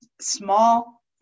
small